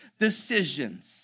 decisions